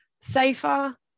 safer